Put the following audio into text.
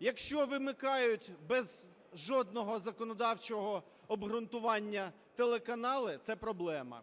Якщо вимикають без жодного законодавчого обґрунтування телеканали – це проблема.